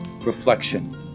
reflection